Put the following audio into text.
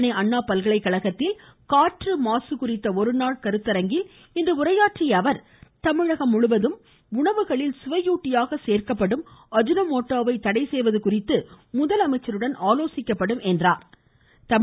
சென்னை அண்ணா பல்கலைக்கழகத்தில் காற்று மாசுபாடு குறித்த ஒருநாள் கருத்தரங்கில் இன்று பேசிய அவர் தமிழகம் முழுவதும் உணவுகளில் சுவையூட்டியாக சேர்க்கப்படும் அஜினோ மோட்டோவை தடை செய்வது குறித்து முதலமைச்சருடன் ஆலோசிக்கப்படும் என்றார்